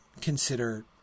consider